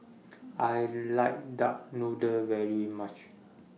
I like Duck Noodle very much